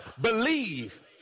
believe